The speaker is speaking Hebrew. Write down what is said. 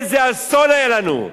איזה אסון היה לנו,